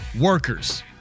workers